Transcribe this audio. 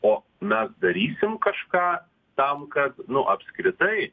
o mes darysim kažką tam kad nu apskritai